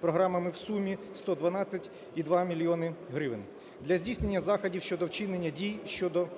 програмами в сумі 112,2 мільйони гривень для здійснення заходів щодо вчинення дій щодо